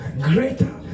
Greater